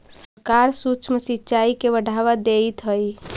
सरकार सूक्ष्म सिंचाई के बढ़ावा देइत हइ